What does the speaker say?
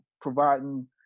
providing